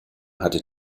hatte